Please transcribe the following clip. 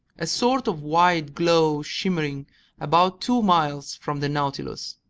a sort of wide glow shimmering about two miles from the nautilus.